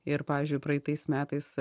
ir pavyzdžiui praeitais metais